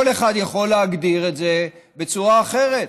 כל אחד יכול להגדיר את זה בצורה אחרת.